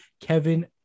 Kevin